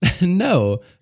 No